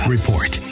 Report